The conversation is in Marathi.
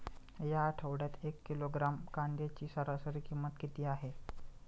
या आठवड्यात एक किलोग्रॅम कांद्याची सरासरी किंमत किती आहे?